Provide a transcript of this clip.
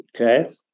Okay